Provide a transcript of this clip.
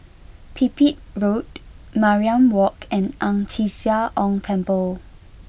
Pipit Road Mariam Walk and Ang Chee Sia Ong Temple